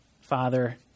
Father